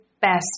best